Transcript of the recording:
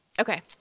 Okay